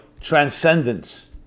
transcendence